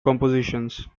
compositions